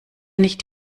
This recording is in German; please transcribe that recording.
nicht